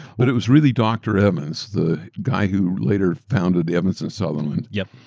but it was really dr. evans, the guy who later founded evans and sutherland. yeah,